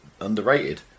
underrated